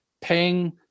paying